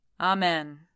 Amen